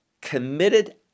committed